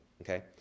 okay